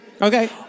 Okay